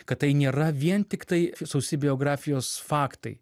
kad tai nėra vien tiktai sausi biografijos faktai